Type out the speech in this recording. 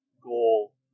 goal